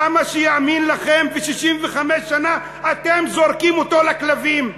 למה שיאמין לכם כש-65 שנה אתם זורקים אותו לכלבים?